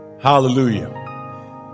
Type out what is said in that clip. Hallelujah